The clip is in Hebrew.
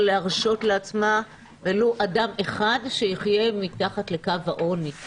להרשות לעצמה ולו אדם אחד שיחיה מתחת לקו העוני.